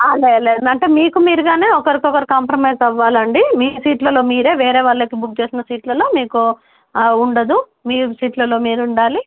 లే లేదు మీకు మీరుగానే ఒకరికొకరు కాంప్రమైజ్ అవ్వాలండి మీ సీట్లలో మీరే వేరే వాళ్ళకి బుక్ చేసిన సీట్లలో మీకు ఉండదు మీ సీట్లలో మీరు ఉండాలి